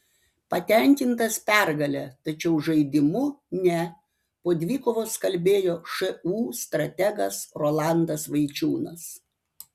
patenkintas pergale tačiau žaidimu ne po dvikovos kalbėjo šu strategas rolandas vaičiūnas